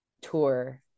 tour